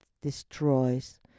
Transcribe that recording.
destroys